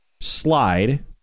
slide